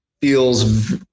feels